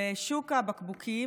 בשוק הבקבוקים,